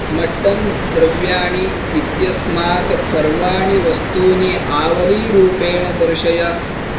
mutton द्रव्याणि इत्यस्मात् सर्वाणि वस्तूनि आवलीरूपेण दर्शय